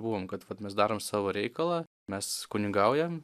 buvom kad vat mes darom savo reikalą mes kunigaujam